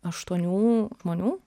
aštuonių žmonių